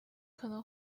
可能